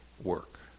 work